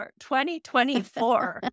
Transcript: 2024